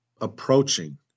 approaching